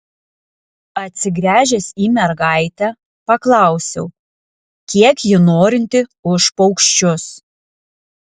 atsigręžęs į mergaitę paklausiau kiek ji norinti už paukščius